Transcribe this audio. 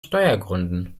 steuergründen